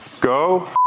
go